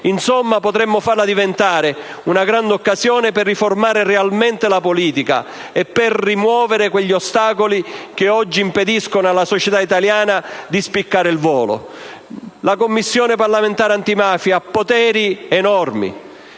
Insomma, potremmo farla diventare una grande occasione per riformare realmente la politica e per rimuovere gli ostacoli che oggi impediscono alla società italiana di spiccare il volo. La Commissione parlamentare antimafia ha poteri enormi;